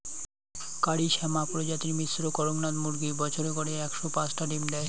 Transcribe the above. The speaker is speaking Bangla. কারি শ্যামা প্রজাতির মিশ্র কড়কনাথ মুরগী বছরে গড়ে একশো পাঁচটা ডিম দ্যায়